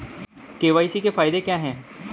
KYC के फायदे क्या है?